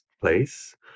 place